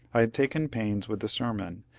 i had taken pains with the sermon,